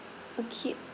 okay